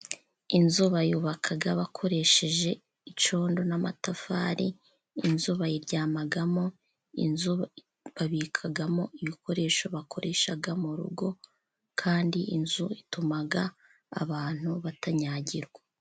Inzu bayubaka bakoresheje icyondo n'amatafari, inzu bayiryamamo, inzu babikamo ibikoresho bakoresha mu rugo, kandi inzu itumaga abantu batanyagirwa.